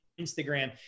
Instagram